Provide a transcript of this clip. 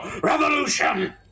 REVOLUTION